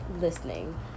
listening